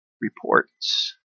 reports